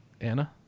Anna